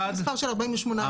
המספר של ה-48,000?